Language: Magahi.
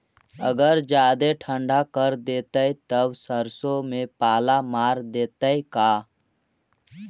अगर जादे ठंडा कर देतै तब सरसों में पाला मार देतै का?